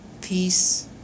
Peace